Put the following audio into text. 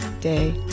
day